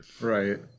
Right